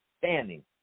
Standing